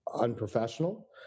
unprofessional